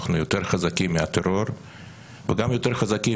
אנחנו יותר חזקים מהטרור וגם יותר חזקים